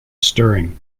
stirring